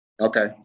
Okay